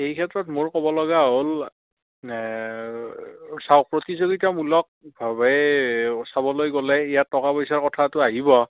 এই ক্ষেত্ৰত মোৰ ক'ব লগা হ'ল চাওক প্ৰতিযোগিতামূলকভাৱে চাবলৈ গ'লে ইয়াত টকা পইচাৰ কথাটো আহিব